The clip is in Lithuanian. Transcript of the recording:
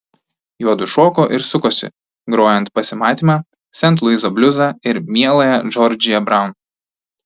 juodu šoko ir sukosi grojant pasimatymą sent luiso bliuzą ir mieląją džordžiją braun